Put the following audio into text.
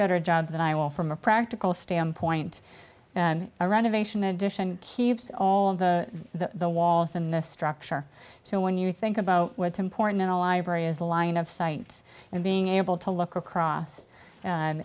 better job than i will from a practical standpoint a renovation addition keeps all of the the walls in the structure so when you think about what's important in a library is a line of sight and being able to look across and